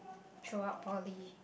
show up early